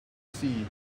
see